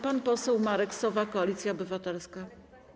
Pan poseł Marek Sowa, Koalicja Obywatelska.